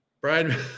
Brian